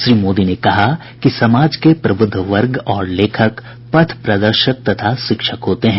श्री मोदी ने कहा कि समाज के प्रबुद्ध वर्ग और लेखक पथ प्रदर्शक तथा शिक्षक होते हैं